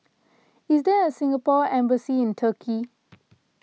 is there a Singapore Embassy in Turkey